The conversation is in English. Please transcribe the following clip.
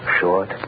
short